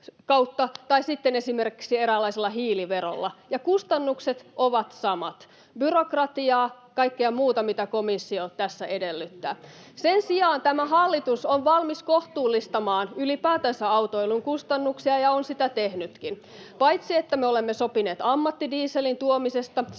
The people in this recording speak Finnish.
tai sitten esimerkiksi eräänlaisella hiiliverolla, ja kustannukset ovat samat. Byrokratiaa ja kaikkea muuta, mitä komissio tässä edellyttää. Sen sijaan tämä hallitus on valmis kohtuullistamaan ylipäätänsä autoilun kustannuksia, ja on sitä tehnytkin. Paitsi, että me olemme sopineet ammattidieselin tuomisesta samaan aikaan